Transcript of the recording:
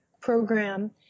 program